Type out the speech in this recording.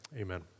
Amen